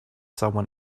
someone